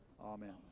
Amen